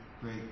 great